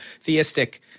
theistic